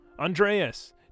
Andreas